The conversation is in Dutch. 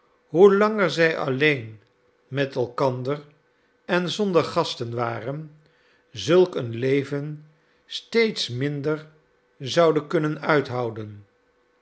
hoe langer zij alleen met elkander en zonder gasten waren zulk een leven steeds minder zouden kunnen uithouden